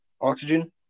oxygen